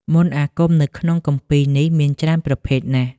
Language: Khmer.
មន្តអាគមនៅក្នុងគម្ពីរនេះមានច្រើនប្រភេទណាស់។